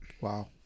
Wow